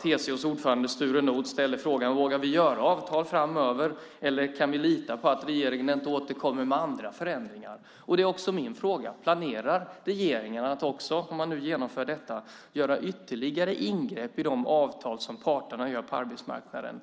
TCO:s ordförande Sture Nordh ställde frågan: Vågar vi sluta avtal framöver eller kan vi lita på att regeringen inte återkommer med andra förändringar? Det är också min fråga: Planerar regeringen att också - om man nu genomför detta - göra ytterligare ingrepp i de avtal som parterna sluter på arbetsmarknaden?